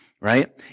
right